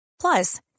Plus